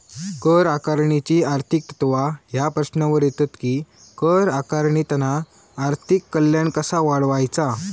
कर आकारणीची आर्थिक तत्त्वा ह्या प्रश्नावर येतत कि कर आकारणीतना आर्थिक कल्याण कसा वाढवायचा?